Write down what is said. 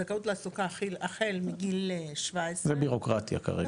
זכאות תעסוקה החל מגיל 17. זה בירוקרטיה כרגע.